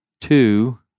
two